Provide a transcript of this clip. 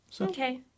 Okay